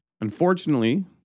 Unfortunately